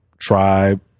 Tribe